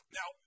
Now